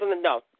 no